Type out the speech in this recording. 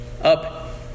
up